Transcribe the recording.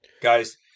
Guys